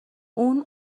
اون